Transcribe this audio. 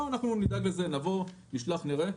לא, אנחנו נדאג לזה, נבוא, נשלח, נראה.